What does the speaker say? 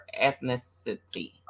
ethnicity